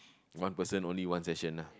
one person only one session lah